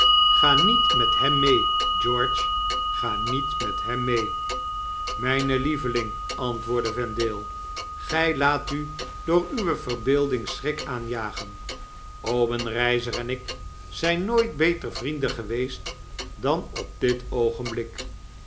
ga niet met hem mee george ga niet met hem mee mijne lieveling antwoordde vendale gij laat u door uwe verbeelding schrik aanjagen obenreizer en ik zijn nooit beter vrienden geweest dan op dit oogenblik